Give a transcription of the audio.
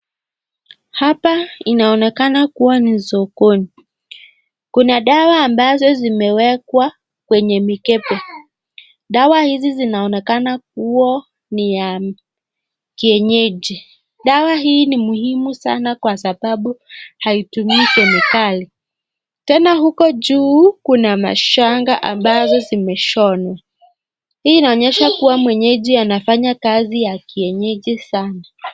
Hapa inaonekana kuwa ni sokoni. Kuna dawa ambazo zimewekwa kwenye mikebe. Dawa hizi zinaonekana kuwa ni ya kienyeji. Dawa hii ni muhimu sana kwa sababu haitumii kemikali. Tena huko juu Kuna mashanga ambazo zimeshonwa. Hii inaonyesha kuwa mwenyeji anafanya kazi ya kienyeji sana.